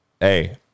Hey